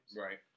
Right